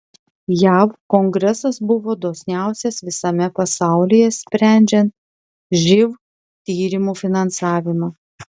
jav kongresas buvo dosniausias visame pasaulyje sprendžiant živ tyrimų finansavimą